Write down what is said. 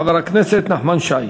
חבר הכנסת נחמן שי.